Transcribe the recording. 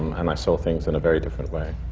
and i saw things in a very different way.